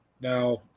Now